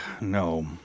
No